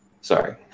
Sorry